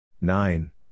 Nine